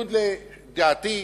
בניגוד לדעתי,